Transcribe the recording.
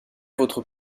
votre